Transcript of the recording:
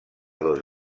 dos